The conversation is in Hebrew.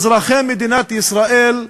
אזרחי מדינת ישראל,